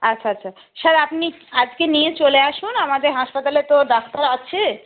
আচ্ছা আচ্ছা স্যার আপনি আজকে নিয়ে চলে আসুন আমাদের হাসপাতালে তো ডাক্তার আছে